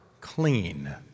clean